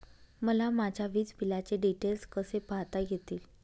मला माझ्या वीजबिलाचे डिटेल्स कसे पाहता येतील?